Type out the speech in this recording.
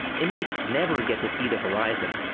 inmates never get to see the horizon.